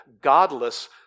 godless